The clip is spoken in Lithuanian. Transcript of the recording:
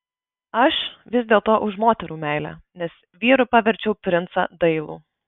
aš vis dėlto už moterų meilę nes vyru paverčiau princą dailų